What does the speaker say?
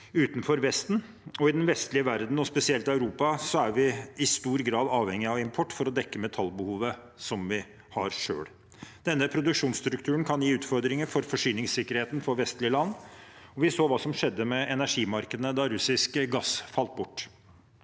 utenfor Vesten, og i den vestlige verden, og spesielt Europa, er vi i stor grad avhengige av import for å dekke metallbehovet som vi har selv. Denne produksjonsstrukturen kan gi utfordringer for forsyningssikkerheten for vestlige land. Vi så hva som skjedde med energimarkedene da russisk gass falt bort: